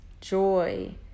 joy